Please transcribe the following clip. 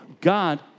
God